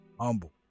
humble